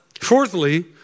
Fourthly